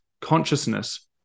consciousness